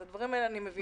בדברים האלה אני מבינה.